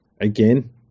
again